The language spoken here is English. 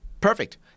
Perfect